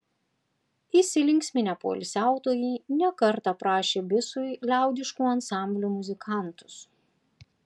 įsilinksminę poilsiautojai ne kartą prašė bisui liaudiškų ansamblių muzikantus